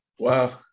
Wow